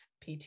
PT